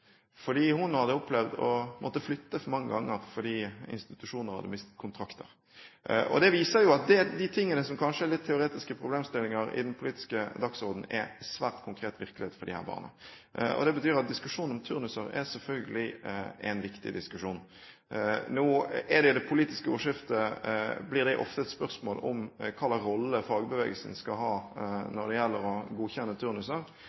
fordi institusjonene hadde mistet kontrakter. Det viser jo at det som kanskje er litt teoretiske problemstillinger på den politiske dagsordenen, er svært konkret virkelighet for disse barna. Det betyr at diskusjoner om turnuser selvfølgelig er en viktig diskusjon. I det politiske ordskiftet blir det ofte spørsmål om hvilken rolle fagbevegelsen skal ha når det gjelder å godkjenne turnuser.